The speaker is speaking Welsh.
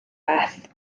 beth